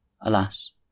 Alas